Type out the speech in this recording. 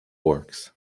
works